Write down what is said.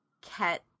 cat